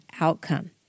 outcome